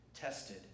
tested